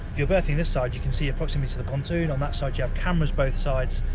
you're berthing this side you can see approximately to the pontoon on that side, you have cameras both sides,